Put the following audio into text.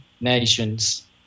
nations